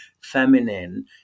feminine